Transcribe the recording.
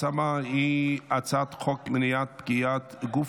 ההצעה היא הצעת חוק מניעת פגיעת גוף